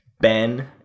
Ben